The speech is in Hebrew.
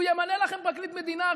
הוא ימנה לכם פרקליט מדינה,